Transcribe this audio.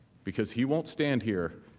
because he won't stand here